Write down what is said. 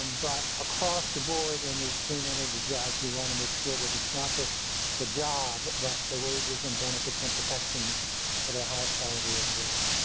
but across the board in these clean energy jobs, we want to make sure that it's not just the job, but the wages and benefits and protections that are high quality as well.